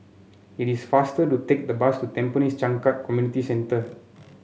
it is faster to take the bus to Tampines Changkat Community Centre